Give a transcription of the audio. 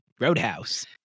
Roadhouse